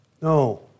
No